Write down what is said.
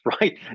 right